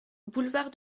boulevard